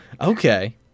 Okay